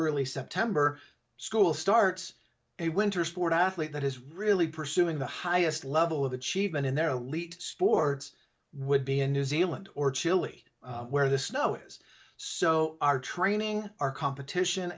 early september school starts a winter sport athlete that is really pursuing the highest level of achievement in their leet sports would be in new zealand or chile where the snow is so our training our competition